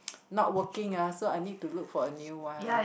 not working ah so I need to look for a new one